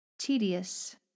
Tedious